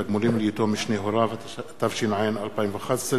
30) (תגמולים ליתום משני הוריו), התשע"א 2011,